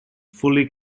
fully